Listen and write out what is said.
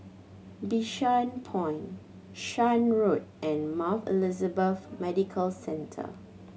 Bishan Point Shan Road and Mount Elizabeth Medical Centre